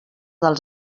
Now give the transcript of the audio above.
dels